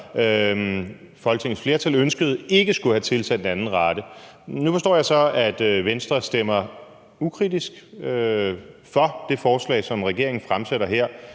Folketingets flertal altså ønskede ikke skulle have tilsendt anden rate. Nu forstår jeg så, at Venstre stemmer ukritisk for det forslag, som regeringen fremsætter her,